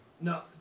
No